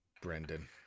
Brendan